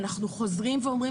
ואנחנו חוזרים ואומרים,